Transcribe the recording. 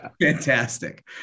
fantastic